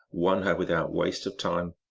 won her without waste of time.